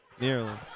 Nearly